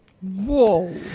Whoa